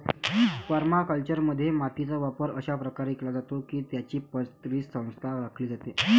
परमाकल्चरमध्ये, मातीचा वापर अशा प्रकारे केला जातो की त्याची परिसंस्था राखली जाते